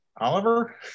Oliver